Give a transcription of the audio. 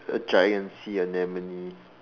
a giant sea anemones